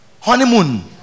Honeymoon